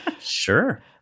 sure